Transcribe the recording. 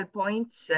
points